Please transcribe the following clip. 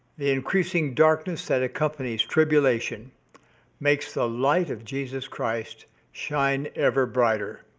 the increasing darkness that accompanies tribulation makes the light of jesus christ shine ever brighter.